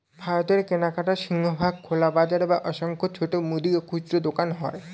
ভারতে কেনাকাটার সিংহভাগ খোলা বাজারে বা অসংখ্য ছোট মুদি ও খুচরো দোকানে হয়